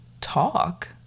talk